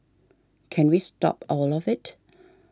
can we stop all of it